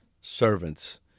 servants